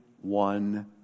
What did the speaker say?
one